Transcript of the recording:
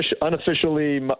Unofficially